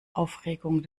aufregung